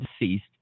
deceased